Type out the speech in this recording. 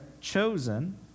chosen